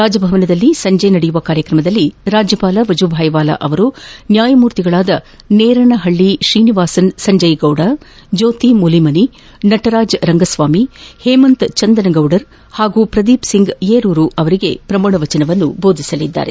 ರಾಜಭವನದಲ್ಲಿ ಸಂಜೆ ನಡೆಯುವ ಕಾರ್ಯಕ್ರಮದಲ್ಲಿ ರಾಜ್ಯಪಾಲ ವಜೂಭಾಯ್ ವಾಲಾ ಅವರು ನ್ಯಾಯಮೂರ್ತಿಗಳಾದ ನೇರನಹಳ್ಳ ತ್ರೀನಿವಾಸನ್ ಸಂಜಯ್ ಗೌಡ ಜ್ಯೋತಿ ಮೂಲಿಮನಿ ನಟರಾಜ್ ರಂಗಸ್ವಾಮಿ ಹೇಮಂತ್ ಚಂದನಗೌಡರ್ ಹಾಗೂ ಶ್ರದೀಪ್ ಸಿಂಗ್ ಯೆರೂರು ಅವರಿಗೆ ಪ್ರಮಾಣವಚನ ಬೋಧಿಸಲಿದ್ದಾರೆ